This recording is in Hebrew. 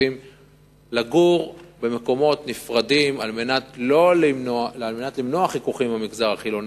שרוצים לגור במקומות נפרדים על מנת למנוע חיכוכים עם המגזר החילוני.